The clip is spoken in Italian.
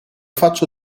faccio